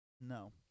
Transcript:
no